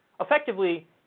effectively